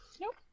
nope